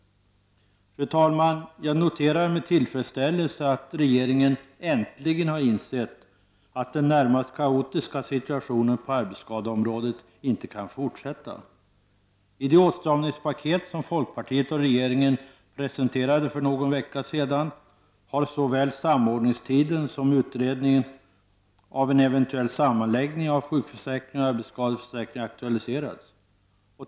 Fru talman! Jag noterar med tillfredsställelse att regeringen äntligen har insett att den närmast kaotiska situationen på arbetsskadeområdet inte kan fortsätta. I det åtstramningspaket som folkpartiet och regeringen presenterade för någon vecka sedan har såväl samordningstiden som utredningen av en eventuell sammanläggning av sjukförsäkringen och arbetsskadeförsäkringen aktualiserats.